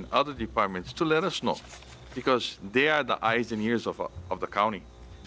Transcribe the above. in other departments to let us know because they are the eyes and ears of of the county